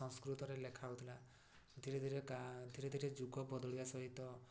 ସଂସ୍କୃତରେ ଲେଖା ହେଉଥିଲା ଧୀରେ ଧୀରେ ଧୀରେ ଧୀରେ ଯୁଗ ବଦଳିବା ସହିତ